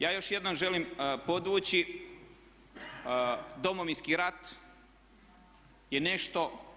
Ja još jednom želim podvući Domovinski rat je nešto.